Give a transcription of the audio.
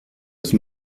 qui